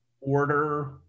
order